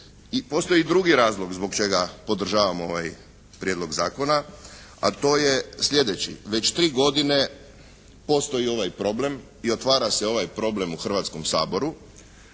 postoji drugi razlog zbog čega podržavamo ovaj Prijedlog zakona, a to je sljedeći. Već 3 godine postoji ovaj problem i otvara se ovaj problem u Hrvatskom saboru,